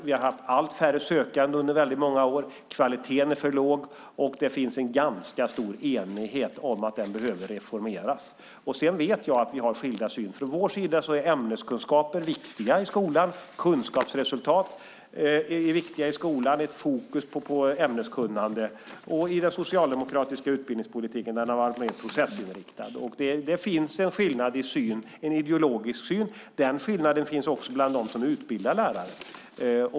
Vi har haft allt färre sökande under väldigt många år, kvaliteten är för låg och det finns en ganska stor enighet om att utbildningen behöver reformeras. Sedan vet jag att vi har olika syn på detta. Vi tycker att ämneskunskaper är viktiga i skolan. Kunskapsresultat är viktiga i skolan liksom fokus på ämneskunnande. Den socialdemokratiska utbildningspolitiken har varit mer processinriktad. Det finns en skillnad i ideologisk syn. Den skillnaden finns också bland dem som utbildar lärare.